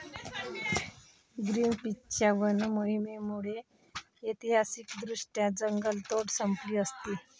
ग्रीनपीसच्या वन मोहिमेमुळे ऐतिहासिकदृष्ट्या जंगलतोड संपली असती